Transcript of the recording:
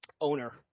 owner